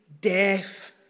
death